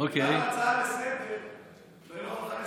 באה הצעה לסדר-היום ואני לא יכול לכנס את הוועדה.